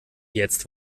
jetzt